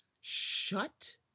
shut